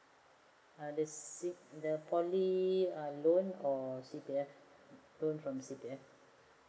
uh there's the poly uh loan or C_P_F loan from C_P_F